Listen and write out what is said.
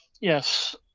yes